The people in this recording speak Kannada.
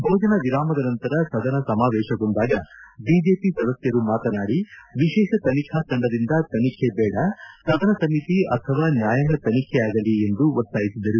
ಬೋಜನ ವಿರಾಮದ ನಂತರ ಸದನ ಸಮಾವೇಶಗೊಂಡಾಗ ಬಿಜೆಪಿ ಸದಸ್ಕರು ಮಾತನಾಡಿ ವಿಶೇಷ ತನಿಖಾ ತಂಡದಿಂದ ತನಿಖೆ ಬೇಡ ಸದನ ಸಮಿತಿ ಅಥವಾ ನ್ಯಾಯಾಂಗ ತನಿಖೆ ಆಗಲಿ ಎಂದು ಒತ್ತಾಯಿಸಿದರು